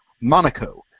Monaco